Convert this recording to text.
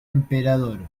emperador